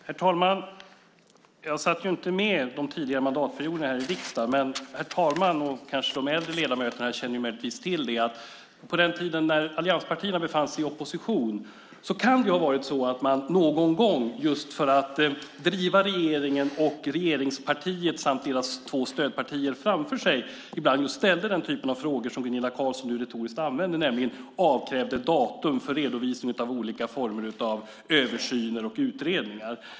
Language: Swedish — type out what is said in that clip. Herr talman! Jag satt inte med här i riksdagen under de tidigare mandatperioderna. Men herr talman och de äldre ledamöterna kanske känner till att på den tiden, när allianspartierna befann sig i opposition, kanske man någon gång, för att driva regeringen med regeringspartiet och dess två stödpartier framför sig, ställde den typen av frågor som Gunilla Carlsson nu retoriskt använder, nämligen avkrävde datum för redovisning av översyner och utredningar.